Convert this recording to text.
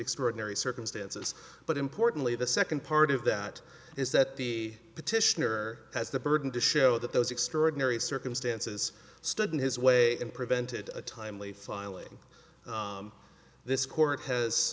extraordinary circumstances but importantly the second part of that is that the petitioner has the burden to show that those extraordinary circumstances stood in his way and prevented a timely filing this court